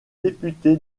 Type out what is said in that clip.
député